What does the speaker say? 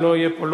אם לא יהיה פה,